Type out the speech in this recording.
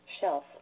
shelf